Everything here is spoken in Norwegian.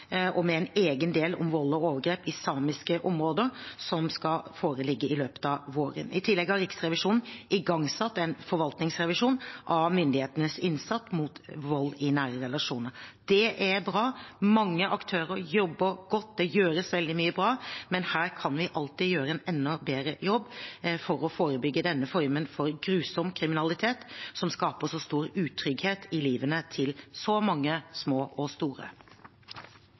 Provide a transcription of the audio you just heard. og med en egen del om vold og overgrep i samiske områder, som skal foreligge i løpet av våren. I tillegg har Riksrevisjonen igangsatt en forvaltningsrevisjon av myndighetenes innsats mot vold i nære relasjoner. Det er bra. Mange aktører jobber godt, og det gjøres veldig mye bra, men vi kan alltid gjøre en enda bedre jobb for å forebygge denne formen for grusom kriminalitet, som skaper så stor utrygghet i livet til så mange små og store.